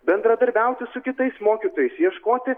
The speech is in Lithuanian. bendradarbiauti su kitais mokytojais ieškoti